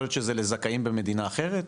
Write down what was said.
יכול להיות שזה לזכאים במדינה אחרת?